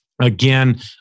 Again